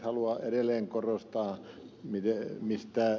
haluan edelleen korostaa sitä mistä ed